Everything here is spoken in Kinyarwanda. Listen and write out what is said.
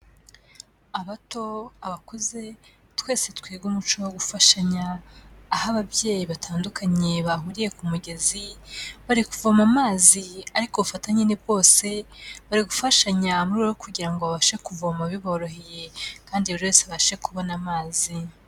Abato, abakuze twese twebwe umuco wo gufashanya, aho ababyeyi batandukanye bahuriye ku mugezi bari kuvoma amazi ariko ubufatanye na bwose, bari gufashanya mu rwego rwo kugira ngo babashe kuvoma biboroheye kandi buri wese abashe kubona amazi.